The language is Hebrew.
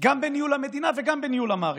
גם בניהול המדינה וגם בניהול המערכת,